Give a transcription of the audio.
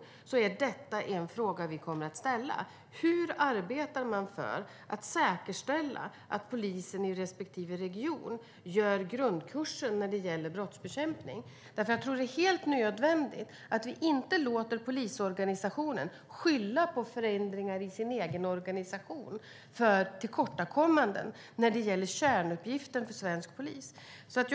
Jag kan försäkra att detta är en fråga vi kommer att ställa: Hur arbetar man för att säkerställa att polisen i respektive region gör grundkursen när det gäller brottsbekämpning? Det är helt nödvändigt att vi inte låter polisorganisationen skylla på förändringar i sin egen organisation för tillkortakommanden när det gäller kärnuppgiften för svensk polis. Det